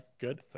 good